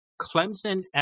Clemson